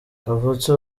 kavutse